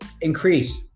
increase